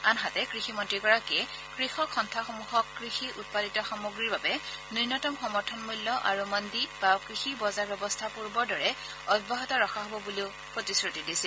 আনহাতে কৃষিমন্ত্ৰীগৰাকীয়ে কৃষক সন্থাসমূহক কৃষি উৎপাদিত সামগ্ৰীৰ বাবে ন্যনতম সমৰ্থন মূল্য আৰু মণ্ডি বা কৃষি বজাৰ ব্যৱস্থা পূৰ্বৰ দৰে অব্যাহত ৰখা হ'ব বুলিও প্ৰতিশ্ৰতি দিছিল